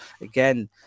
again